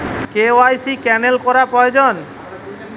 KYC cancel করা প্রয়োজন?